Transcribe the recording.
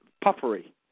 puffery